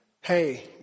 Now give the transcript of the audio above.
Hey